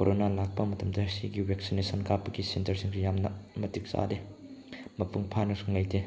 corona ꯂꯥꯛꯄ ꯃꯇꯝꯗ ꯁꯤꯒꯤ ꯚꯦꯛꯁꯤꯅꯦꯁꯟ ꯀꯥꯞꯄꯒꯤ ꯁꯦꯟꯇ꯭ꯔꯁꯤꯁꯨ ꯌꯥꯝꯅ ꯃꯇꯤꯛ ꯆꯥꯗꯦ ꯃꯄꯨꯡ ꯐꯥꯅ ꯂꯩꯇꯦ